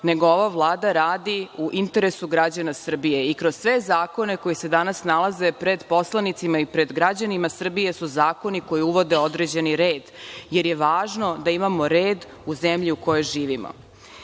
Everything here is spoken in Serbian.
nego ova Vlada radi u interesu građana Srbije. Svi zakoni koji se danas nalaze pred poslanicima i pred građanima Srbije su zakoni koji uvode određeni red, jer je važno da imamo red u zemlji u kojoj živimo. Mislim